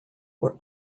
were